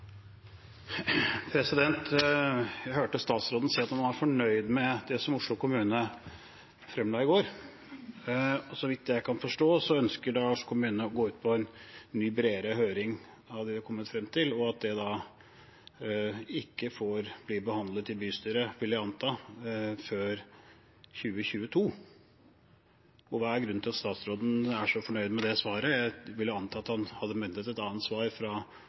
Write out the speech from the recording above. Jeg hørte statsråden si at han var fornøyd med det som Oslo kommune fremla i går. Så vidt jeg kan forstå, ønsker Oslo kommune å gå ut på en ny, bredere høring av det en har kommet frem til, og at det ikke blir behandlet i bystyret før 2022, vil jeg anta. Hva er grunnen til at statsråden er så fornøyd med det som ble fremlagt? Jeg vil anta at han hadde ventet seg noe annet